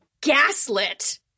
gaslit